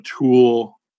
tool